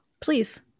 Please